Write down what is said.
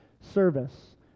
service